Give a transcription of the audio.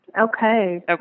Okay